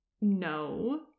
No